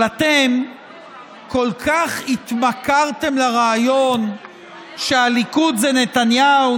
אבל אתם כל כך התמכרתם לרעיון שהליכוד זה נתניהו,